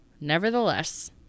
nevertheless